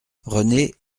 renée